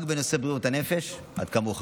רק בנושא בריאות הנפש ועד כמה הוא חשוב.